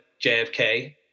JFK